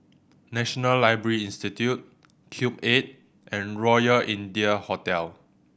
National Library Institute Cube Eight and Royal India Hotel